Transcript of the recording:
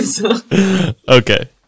Okay